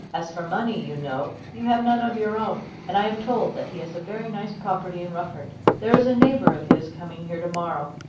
as for money, you know, you have none of your own, and i am told that he has a very nice property in rufford. there is a neighbour of his coming here to-morrow,